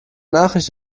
nachricht